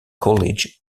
colleges